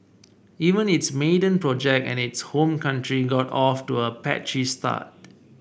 even its maiden project in its home country got off to a patchy start